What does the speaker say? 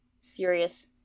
serious